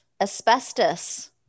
Asbestos